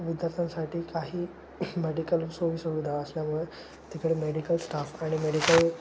विद्यार्थ्यांसाठी काही मेडिकल सोयीसुविधा असल्यामुळे तिकडे मेडिकल स्टाफ आणि मेडिकल